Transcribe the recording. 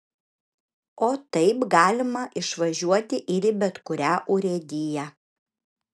o taip galima išvažiuoti ir į bet kurią urėdiją